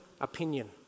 opinion